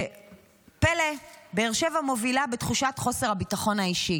פלא, באר שבע מובילה בתחושת חוסר הביטחון האישי.